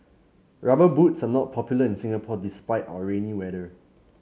rubber boots are not popular in Singapore despite our rainy weather